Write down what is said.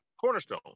cornerstone